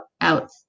out